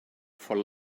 for